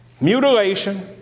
mutilation